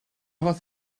fath